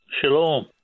Shalom